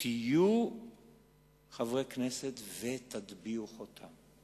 תהיו חברי כנסת ותטביעו חותם.